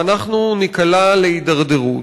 ואנחנו ניקלע להידרדרות,